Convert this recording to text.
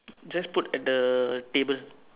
just put at the table